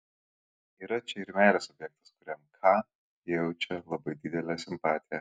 yra čia ir meilės objektas kuriam k jaučia labai didelę simpatiją